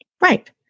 Right